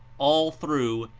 all through.